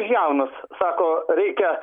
jaunas sako reikia